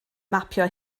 mapio